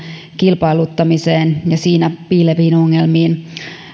kilpailuttamiseen ja siinä piileviin ongelmiin